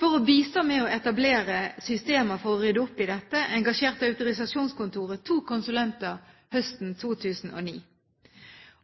For å bistå med å etablere systemer for å rydde opp i dette engasjerte autorisasjonskontoret to konsulenter høsten 2009.